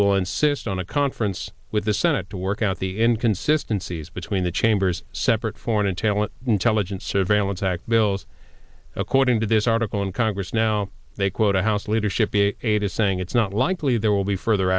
will insist on a conference with the senate to work out the inconsistency is between the chambers separate foreign intel and intelligence surveillance act bills according to this article in congress now they quote a house leadership aide is saying it's not likely there will be further